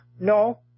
no